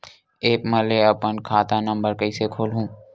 App म ले अपन खाता नम्बर कइसे खोलहु?